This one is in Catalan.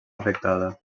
afectada